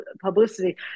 publicity